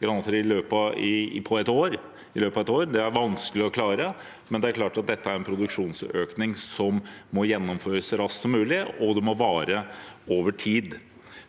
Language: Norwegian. granater i løpet av et år. Det er vanskelig å klare, men det er klart at dette er en produksjonsøkning som må gjennomføres så raskt som mulig, og det må vare over tid.